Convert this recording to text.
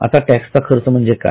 आता टॅक्स चा खर्च म्हणजे काय